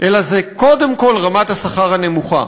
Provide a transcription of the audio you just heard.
אלא זה קודם כול רמת השכר הנמוכה.